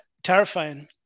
terrifying